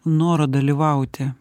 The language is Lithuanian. noro dalyvauti